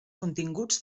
continguts